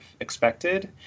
expected